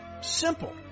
Simple